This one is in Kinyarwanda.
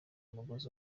umugozi